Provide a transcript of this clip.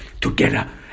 together